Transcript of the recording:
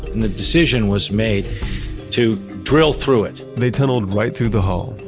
the decision was made to drill through it. they tunneled right through the hull.